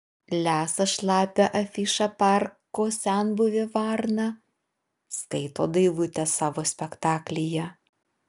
lesa šlapią afišą parko senbuvė varna skaito daivutė savo spektaklyje